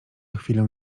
chwilę